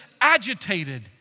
agitated